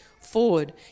forward